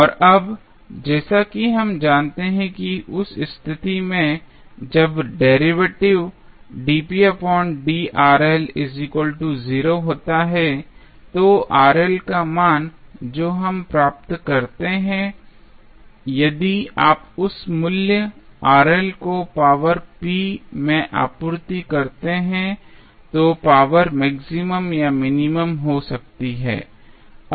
और अब जैसा कि हम जानते हैं कि उस स्थिति में जब डेरिवेटिव होता है तो मान जो हम प्राप्त करते हैं यदि आप उस मूल्य को पावर p में आपूर्ति करते हैं तो पावर मैक्सिमम या मिनिमम हो सकती है